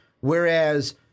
whereas